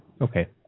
Okay